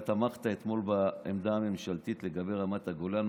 אתה תמכת אתמול בעמדה הממשלתית לגבי רמת הגולן?